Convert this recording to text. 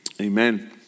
Amen